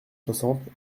soixante